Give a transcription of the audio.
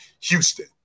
Houston